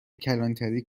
کلانتری